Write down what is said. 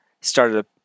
started